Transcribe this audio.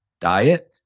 diet